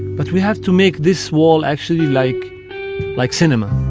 but we have to make this wall actually like like cinema,